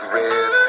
red